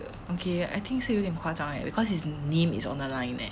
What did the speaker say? okay I think 是有点夸张 leh because his name is on the line eh